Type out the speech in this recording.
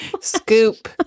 Scoop